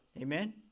Amen